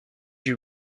you